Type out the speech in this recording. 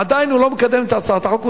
עדיין הוא לא מקדם את הצעת החוק.